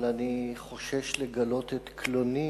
אבל אני חושש לגלות את קלוני.